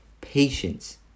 Patience